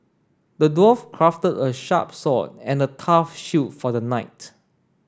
the dwarf crafted a sharp sword and a tough shield for the knight